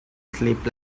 sleep